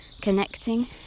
connecting